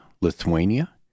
Lithuania